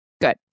Good